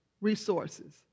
resources